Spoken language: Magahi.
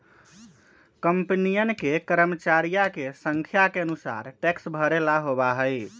कंपनियन के कर्मचरिया के संख्या के अनुसार टैक्स भरे ला होबा हई